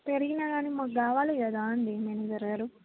పెరిగినా కానీ మాకు కావాలి కదా అండీ మేనేజర్ గారు